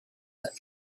that